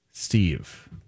Steve